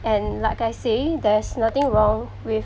and like I say there's nothing wrong with